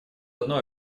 одно